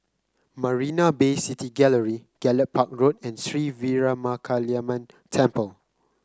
Marina Bay City Gallery Gallop Park Road and Sri Veeramakaliamman Temple